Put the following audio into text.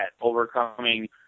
overcoming